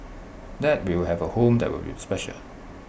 that we will have A home that will be special